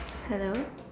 hello